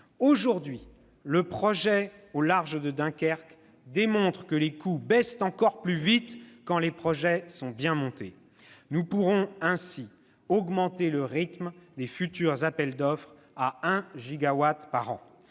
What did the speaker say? Aujourd'hui, le projet au large de Dunkerque démontre que les coûts baissent encore plus vite quand les projets sont bien montés. Nous pourrons ainsi augmenter le rythme des futurs appels d'offres à un gigawatt par an.